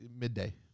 midday